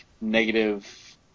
negative